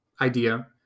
idea